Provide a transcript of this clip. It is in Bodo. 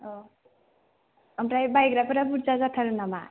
ओमफ्राय बायग्राफ्रा बुरजा जाथारो नामा